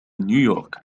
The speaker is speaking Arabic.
نيويورك